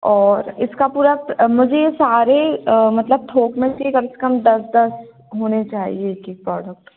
और इसका पूरा प मुझे यह सारे मतलब थोक में चाहिए कम से कम दस दस होने चाहिए एक एक प्रोडक्ट